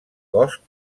cost